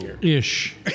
Ish